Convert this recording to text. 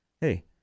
Hey